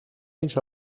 eens